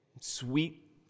sweet